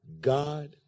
God